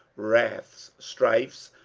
wraths, strifes,